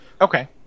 Okay